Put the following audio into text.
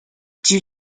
due